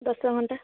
ଦଶ ଘଣ୍ଟା